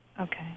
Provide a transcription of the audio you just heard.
Okay